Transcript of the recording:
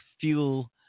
fuel